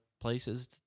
places